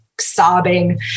sobbing